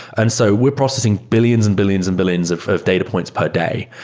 and so we're processing billions and billions and billions of of data points per day,